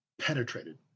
penetrated